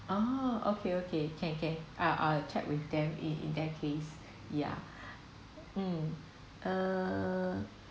ah okay okay can can I'll I'll check with them in in that case yeah um err